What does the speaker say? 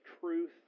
truth